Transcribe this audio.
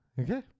Okay